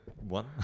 one